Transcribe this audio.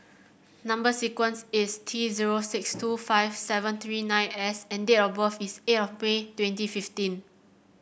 number sequence is T zero six two five seven three nine S and date of birth is eight of May twenty fifteen